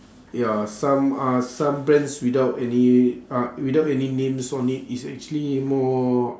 ya some ah some brands without any ah without any names on it it's actually more